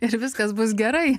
ir viskas bus gerai